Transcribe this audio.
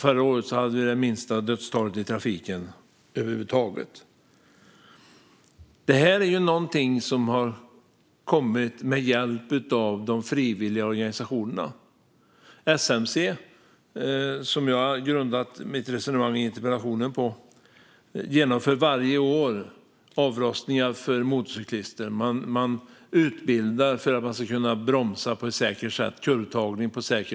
Förra året hade vi det minsta dödstalet i trafiken över huvud taget. Detta är något som har skett med hjälp av frivilligorganisationerna. SMC, som jag grundar mitt resonemang i interpellationen på, genomför varje år avrostningar för motorcyklister. De utbildas för att kunna bromsa på ett säkert sätt, till exempel kurvtagning.